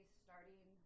starting